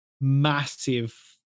massive